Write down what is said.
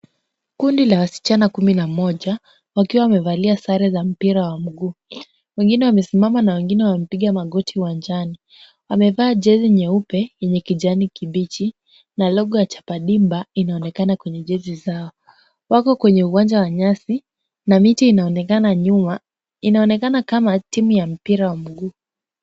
Kundi la wasichana kumi na moja, wakiwa wamevalia sare za mpira wa miguu. Wengine wamesimama na wengine wamepiga magoti uwanjani. Wamevaa jezi nyeupe yenye kijani kibichi na logo ya chapa dimba inaonekana kwa jezi zao. Wako kwenye uwanja wa nyasi na miti inaonekana nyuma. Inaonekana kama timu ya mpira wa miguu.